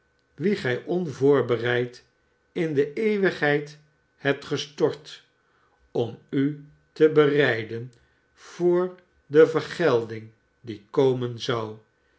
wien gij onvoorbereid in de eeuwigheid hebt gestort om u te bereiden voor de vergelding die komen zou